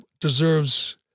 deserves